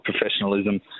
professionalism